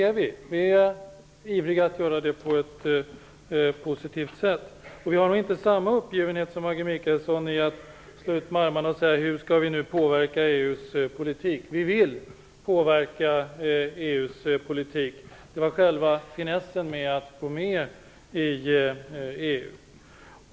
Ja, vi är ivriga att göra det på ett positivt sätt. Vi känner inte samma uppgivenhet som Maggi Mikaelsson, som slår ut med armarna och frågar hur vi skall påverka EU:s politik. Vi vill påverka EU:s politik, och det är själva finessen med att gå in i EU.